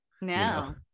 no